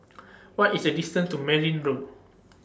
What IS The distant to Merryn Road